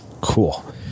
Cool